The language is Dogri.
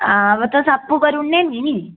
हां तुसें आपूं करी ओड़ने नि